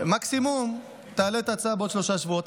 ומקסימום תעלה את ההצעה בעוד שלושה שבועות,